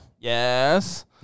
Yes